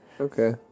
Okay